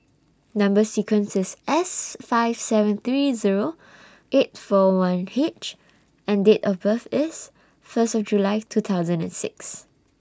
Number sequence IS S five seven three Zero eight four one H and Date of birth IS First of July two thousand and six